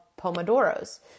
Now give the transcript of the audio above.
pomodoros